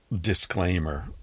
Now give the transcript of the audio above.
disclaimer